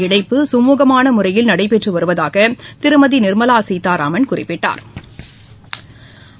இணைப்பு சுமூகமான முறையில் நடைபெற்று வருவதாக திருமதி நிா்மலா சீதாராமன் வங்கிகள் குறிப்பிட்டா்